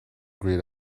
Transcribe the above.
grayed